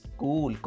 cool